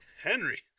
Henry